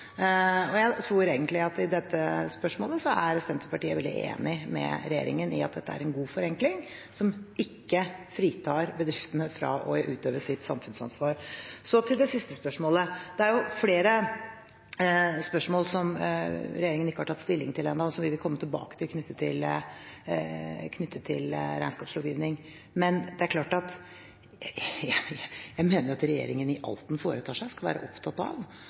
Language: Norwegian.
Jeg tror egentlig at i dette spørsmålet er Senterpartiet veldig enig med regjeringen i at dette er en god forenkling som ikke fritar bedriftene fra å utøve sitt samfunnsansvar. Så til det siste spørsmålet: Det er flere spørsmål som regjeringen ikke har tatt stilling til ennå, og som vi vil komme tilbake til knyttet til regnskapslovgivning. Men jeg mener at regjeringen i alt den foretar seg, skal være opptatt av